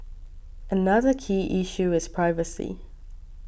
another key issue is privacy